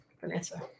Vanessa